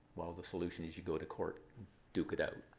well, the solution is you go to court duke it out.